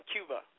Cuba